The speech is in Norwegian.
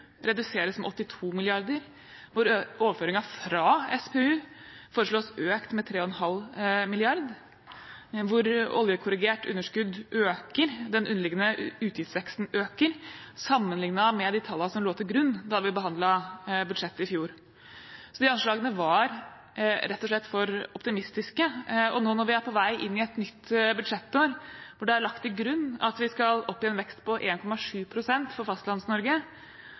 reduseres med 82 mrd. kr, hvor overføringen fra SPU foreslås økt med 3,5 mrd. kr, hvor oljekorrigert underskudd øker, og hvor den underliggende utgiftsveksten øker, sammenlignet med de tallene som lå til grunn, da vi behandlet budsjettet i fjor. De anslagene var rett og slett for optimistiske. Nå når vi er på vei inn i et nytt budsjettår hvor det er lagt til grunn at vi skal opp i en vekst på 1,7 pst. for